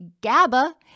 GABA